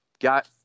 got